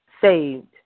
saved